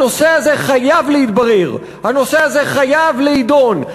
הנושא הזה חייב להתברר, הנושא הזה חייב להידון.